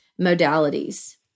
modalities